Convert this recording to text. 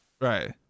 Right